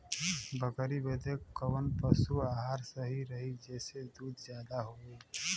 बकरी बदे कवन पशु आहार सही रही जेसे दूध ज्यादा होवे?